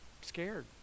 Scared